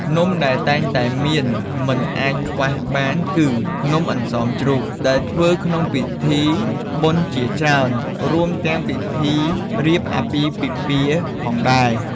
នំដែលតែងតែមានមិនអាចខ្វះបានគឺ នំអន្សមជ្រូក ដែលធ្វើក្នុងពិធីបុណ្យជាច្រើន រួមទាំងពិធីរៀបអាពាហ៍ពិពាហ៍ផងដែរ។